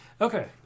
Okay